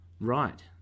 Right